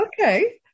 okay